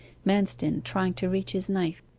manston trying to reach his knife.